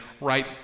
right